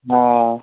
অঁ